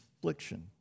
affliction